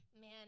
Man